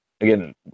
again